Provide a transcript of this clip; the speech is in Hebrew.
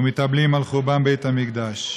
ומתאבלים על חורבן בית-המקדש.